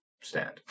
Stand